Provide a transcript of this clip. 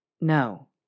No